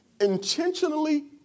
Intentionally